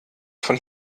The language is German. von